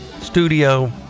studio